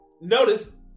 Notice